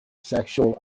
sexual